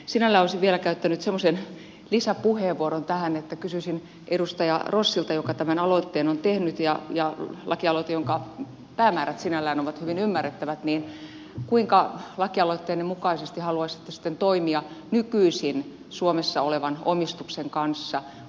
sinällään olisin vielä käyttänyt semmoisen lisäpuheenvuoron tähän että kysyisin edustaja rossilta joka tämän aloitteen on tehnyt lakialoitteen päämäärät sinällään ovat hyvin ymmärrettävät kuinka lakialoitteenne mukaisesti haluaisitte sitten toimia nykyisin suomessa olevan omistuksen kanssa